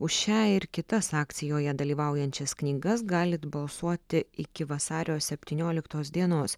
už šią ir kitas akcijoje dalyvaujančias knygas galit balsuoti iki vasario septynioliktos dienos